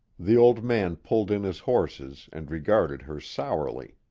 the old man pulled in his horses and regarded her sourly.